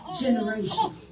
generation